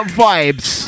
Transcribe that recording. vibes